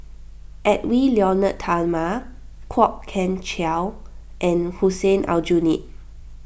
Edwy Lyonet Talma Kwok Kian Chow and Hussein Aljunied